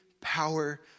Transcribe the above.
power